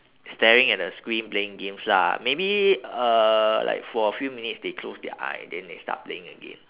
staring at the screen playing games lah maybe uh like for a few minutes they close their eye then they start playing again